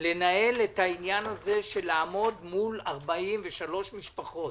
לנהל את העניין הזה ולעמוד מול 43 משפחות,